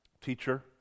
Teacher